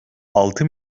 altı